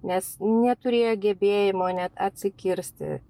nes neturėjo gebėjimo net atsikirsti